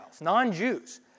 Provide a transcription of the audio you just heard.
non-Jews